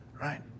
right